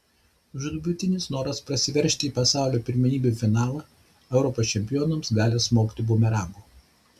žūtbūtinis noras prasiveržti į pasaulio pirmenybių finalą europos čempionams gali smogti bumerangu